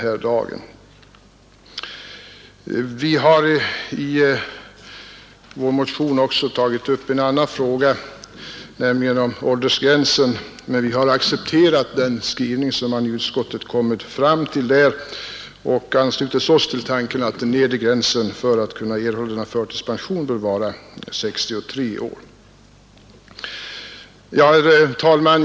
I vår motion 1580 har vi också tagit upp frågan om åldersgränsen, men vi har accepterat den skrivning som utskottet kommit fram till och anslutit oss till tanken att den nedre gränsen för att kunna erhålla förtidspensionen bör vara 63 år. Herr talman!